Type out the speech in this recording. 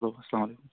چَلو اسلامُ علیکُم